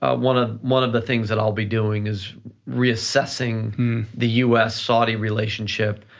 ah one of one of the things that i'll be doing is reassessing the us-saudi relationship,